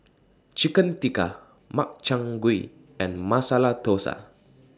Chicken Tikka Makchang Gui and Masala Dosa